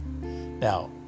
Now